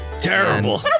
Terrible